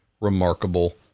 remarkable